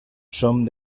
són